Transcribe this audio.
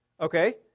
Okay